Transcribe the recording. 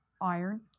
iron